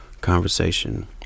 conversation